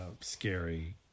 scary